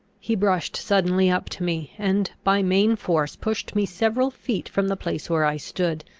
he brushed suddenly up to me, and by main force pushed me several feet from the place where i stood.